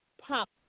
pop